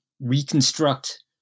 reconstruct